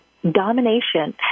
domination